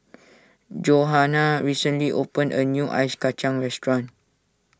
Johanna recently opened a new Ice Kachang restaurant